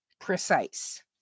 precise